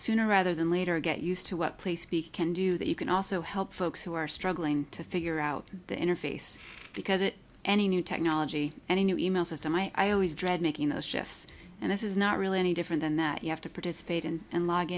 sooner rather than later get used to what place speak can do that you can also help folks who are struggling to figure out the interface because it any new technology and a new email system i always dread making those shifts and this is not really any different than that you have to participate in and log